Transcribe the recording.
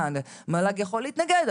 מה המל"ג יכול להתנגד,